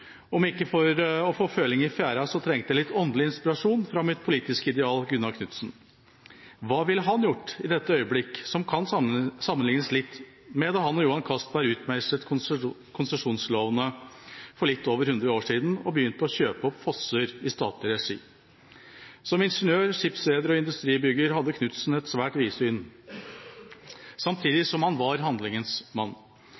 om ikke for å få føling i fjæra, så trengte jeg litt åndelig inspirasjon fra mitt politiske ideal Gunnar Knudsen. Hva ville han gjort i dette øyeblikk – som kan sammenlignes litt med da han og Johan Castberg utmeislet konsesjonslovene for litt over 100 år siden og begynte å kjøpe opp fosser i statlig regi? Som ingeniør, skipsreder og industribygger hadde Knudsen et